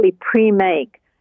pre-make